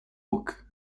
york